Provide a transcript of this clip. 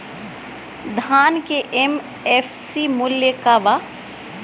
धान के एम.एफ.सी मूल्य का बा?